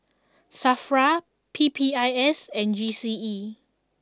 Safra P P I S and G C E